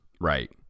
Right